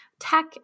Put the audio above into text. tech